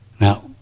Now